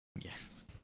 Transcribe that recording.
Yes